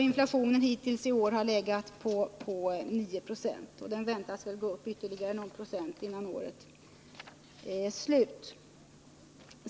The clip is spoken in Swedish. Inflationen har hittills i år legat på 9 96 och väntas bli än värre innan året är slut.